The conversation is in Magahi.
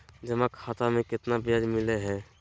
जमा खाता में केतना ब्याज मिलई हई?